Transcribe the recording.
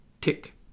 tick